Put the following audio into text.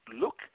look